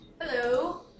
Hello